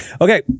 Okay